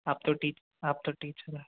आप तो आप तो टीचर हो